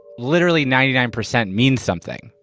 literally ninety nine percent means something.